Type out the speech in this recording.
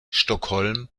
stockholm